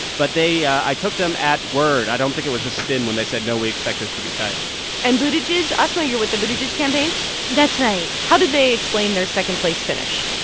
but they i took them at word. i don't think it was just spin when they said, no, we expect this to be tight and buttigieg asma, you're with the buttigieg campaign that's right how did they explain their second-place finish?